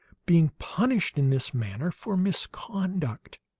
being punished in this manner for misconduct.